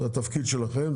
זה התפקיד שלכם.